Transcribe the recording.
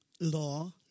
law